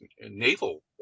naval